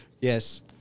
Yes